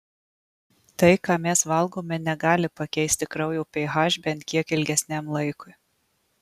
tai ką mes valgome negali pakeisti kraujo ph bent kiek ilgesniam laikui